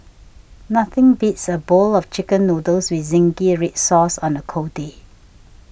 nothing beats a bowl of Chicken Noodles with Zingy Red Sauce on a cold day